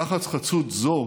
תחת חסות זו